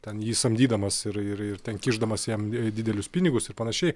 ten jį samdydamas ir ir ten kišdamas jam didelius pinigus ir panašiai